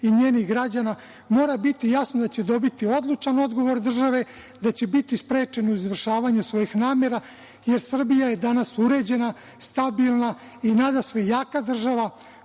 i njenih građana mora biti jasno da će dobiti odlučan odgovor države, da će biti sprečen u izvršavanju svojih namera, jer Srbija je danas uređena, stabilna i nadasve jaka država